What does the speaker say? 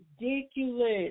ridiculous